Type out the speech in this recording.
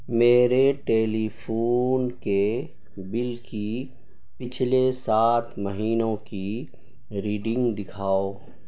میرے telephone کے bill کی پچھلے سات مہینوں کی ریڈنگ دکھاؤ